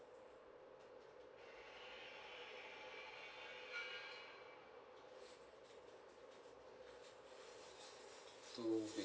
two week